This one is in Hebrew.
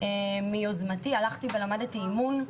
למדתי מיוזמתי אימון.